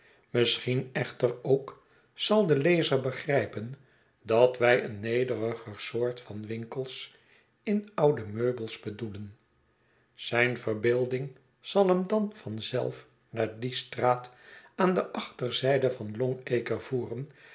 misschien echter ook zal de lezer begrijpen dat wij een nederiger soort van winkels in oude meubels bedoelem zijn verbeelding zal hem dan van zelf naar die straat aan de achterzijde van long-acre